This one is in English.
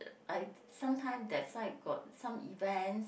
like sometimes that side got some events